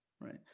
Right